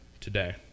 today